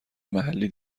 محلی